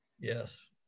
Yes